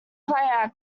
player